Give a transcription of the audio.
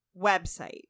website